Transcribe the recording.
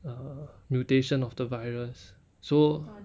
err mutation of the virus so